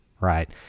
right